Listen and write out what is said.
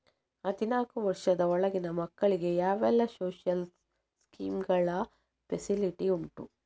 ಹದಿನಾಲ್ಕು ವರ್ಷದ ಒಳಗಿನ ಮಕ್ಕಳಿಗೆ ಯಾವೆಲ್ಲ ಸೋಶಿಯಲ್ ಸ್ಕೀಂಗಳ ಫೆಸಿಲಿಟಿ ಉಂಟು?